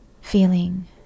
feeling